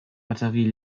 batterie